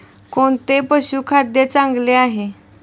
कोणते पशुखाद्य चांगले आहे?